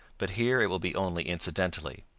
but here it will be only incidentally.